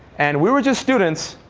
and we were just students,